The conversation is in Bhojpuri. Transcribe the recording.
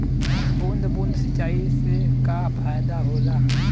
बूंद बूंद सिंचाई से का फायदा होला?